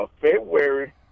February